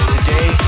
Today